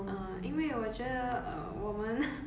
ah 因为我觉得 uh 我们